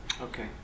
Okay